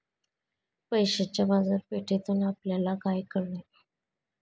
पैशाच्या बाजारपेठेतून आपल्याला काय कळले?